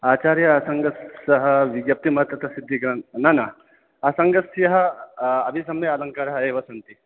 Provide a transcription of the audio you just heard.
आचार्य असङ्गस्य विज्ञप्तिमतकसिद्धिका न न असङ्गस्य अभिसमयालङ्कारः एव सन्ति